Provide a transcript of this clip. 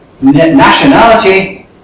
nationality